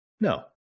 no